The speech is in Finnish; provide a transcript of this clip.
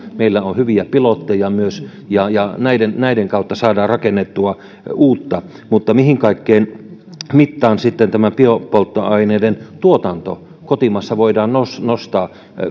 meillä on myös hyviä pilotteja ja ja näiden näiden kautta saadaan rakennettua uutta mutta mihin kaikkeen mittaan tämä biopolttoaineiden tuotanto kotimaassa voidaan sitten nostaa kun